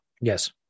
Yes